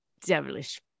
devilish